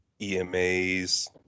EMAs